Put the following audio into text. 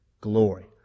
glory